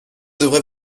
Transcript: devrait